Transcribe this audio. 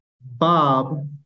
Bob